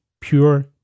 pure